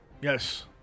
yes